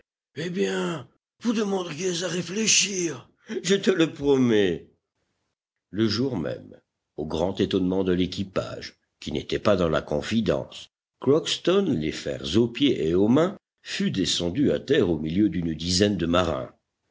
eh bien vous demanderiez à réfléchir je te le promets le jour même au grand étonnement de l'équipage qui n'était pas dans la confidence crockston les fers aux pieds et aux mains fut descendu à terre au milieu d'une dizaine de marins